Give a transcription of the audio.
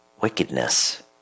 wickedness